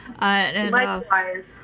likewise